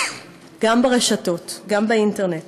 גם ברשתות, גם באינטרנט.